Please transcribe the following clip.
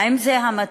האם זה המצב